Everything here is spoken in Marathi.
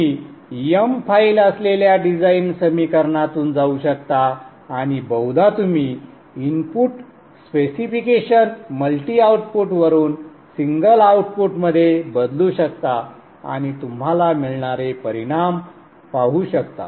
तुम्ही m फाइल असलेल्या डिझाईन समीकरणातून जाऊ शकता आणि बहुधा तुम्ही इनपुट स्पेसिफिकेशन मल्टी आउटपुट वरून सिंगल आउटपुटमध्ये बदलू शकता आणि तुम्हाला मिळणारे परिणाम पाहू शकता